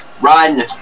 Run